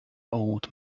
old